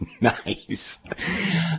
Nice